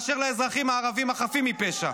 משפחות הפשע מאשר לאזרחים הערבים החפים מפשע.